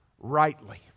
rightly